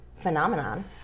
phenomenon